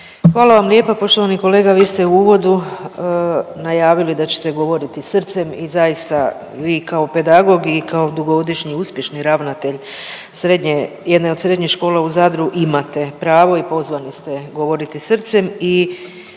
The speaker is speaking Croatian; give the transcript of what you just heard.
Hvala vam lijepo. Poštovani kolega vi ste u uvodu najavili da ćete govoriti srcem i zaista vi kao pedagog i kao dugogodišnji uspješni ravnatelj srednje, jedne od srednjih škola u Zadru imate pravo i pozvani ste govoriti srcem